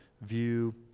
view